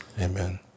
Amen